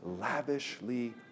lavishly